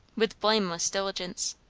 with blameless diligence.